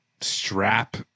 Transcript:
strap